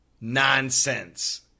nonsense